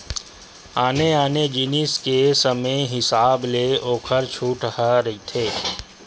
आने आने जिनिस के समे हिसाब ले ओखर छूट ह रहिथे